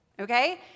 okay